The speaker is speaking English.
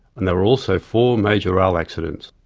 and there were also four major rail accidents.